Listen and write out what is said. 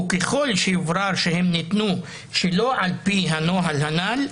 וככל שיוברר שהם ניתנו שלא על פי הנוהל הנ"ל,